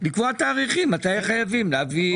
לקבוע תאריכים מתי חייבים להביא.